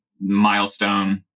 milestone